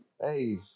Hey